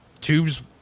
tubes